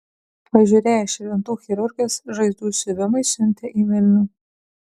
pažiūrėjęs širvintų chirurgas žaizdų siuvimui siuntė į vilnių